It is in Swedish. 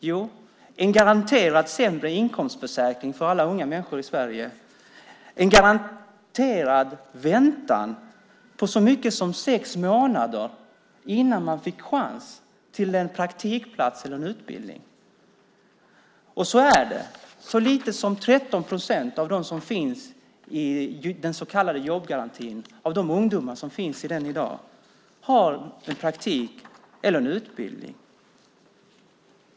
Jo, en garanterat sämre inkomstförsäkring för alla unga människor i Sverige, en garanterad väntan på så mycket som sex månader innan man fick chans till en praktikplats eller en utbildning. Så är det. Så lite som 13 procent av de ungdomar som finns i den så kallade jobbgarantin i dag har praktik eller en utbildning.